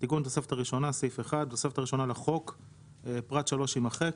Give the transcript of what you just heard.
תיקון התוספת הראשונה בתוספת הראשונה לחוק- (1) פרט 3 יימחק.